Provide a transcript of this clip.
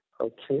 Okay